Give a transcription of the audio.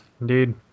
Indeed